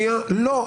לא.